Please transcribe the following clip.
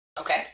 Okay